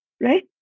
right